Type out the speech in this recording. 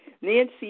Nancy